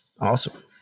Awesome